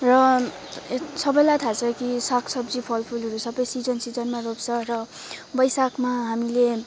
र सबैलाई थाहा छ कि साग सब्जी फल फुलहरू सबै सिजन सिजनमा रोप्छ र वैशाखमा हामीले